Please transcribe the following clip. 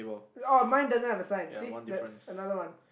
oh mine doesn't have a sign see that's another one